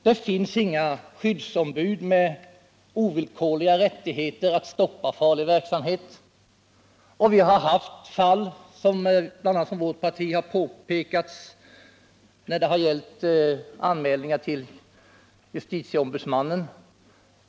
Det finns inga skyddsombud med ovillkorliga rättigheter att stoppa farlig verksamhet. Och vi har haft fall — vilka har påtalats av bl.a. vårt parti — av anmälningar till justitieombudsmannen.